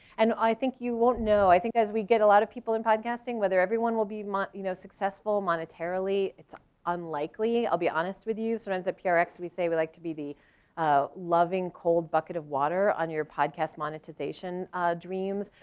and i think you won't know, i think as we get a lot of people in podcasting podcasting whether everyone will be more you know successful monetarily, it's unlikely i will be honest with you, so it ends up here x we say we like to be the loving cold bucket of water on your podcast monetization dreams,